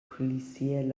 policiers